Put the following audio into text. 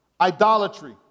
idolatry